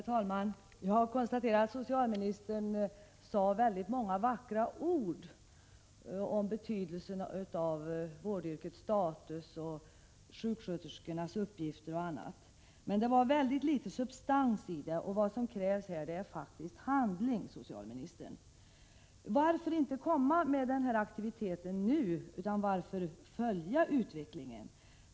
Herr talman! Jag konstaterar att socialministern sade många vackra ord om betydelsen av vårdyrkets status och sjuksköterskornas uppgifter och annat. Men det var väldigt litet substans i det hon sade. Vad som krävs detta sammanhang är faktiskt handling, socialministern. Varför inte starta denna aktivitet nu i stället för att följa utvecklingen?